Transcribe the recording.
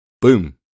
Boom